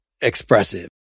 expressive